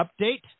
update